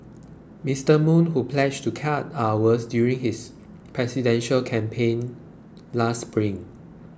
Mr Moon who pledged to cut hours during his presidential campaign last spring